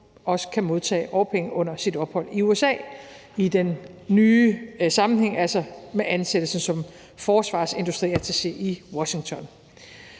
også kan modtage årpenge under sit ophold i USA i den nye sammenhæng, altså med ansættelse som forsvarsindustriattaché i Washington.